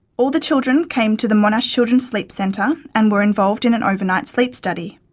all the children came to the monash children's sleep centre and were involved in an overnight sleep study.